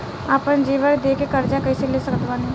आपन जेवर दे के कर्जा कइसे ले सकत बानी?